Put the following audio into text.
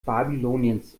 babyloniens